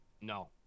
no